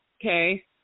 Okay